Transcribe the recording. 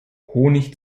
honig